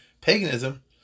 paganism